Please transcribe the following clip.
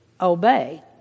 obey